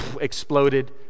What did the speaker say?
exploded